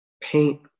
Paint